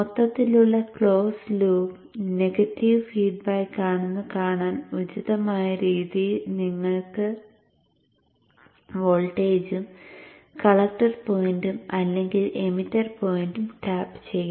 മൊത്തത്തിലുള്ള close loop negative feedback ആണെന്ന് കാണാൻ ഉചിതമായ രീതിയിൽ നിങ്ങൾക്ക് വോൾട്ടേജും കളക്ടർ പോയിന്റും അല്ലെങ്കിൽ എമിറ്റർ പോയിന്റും ടാപ്പ് ചെയ്യാം